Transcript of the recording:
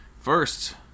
First